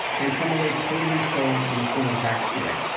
and come away totally sold on the single tax theory.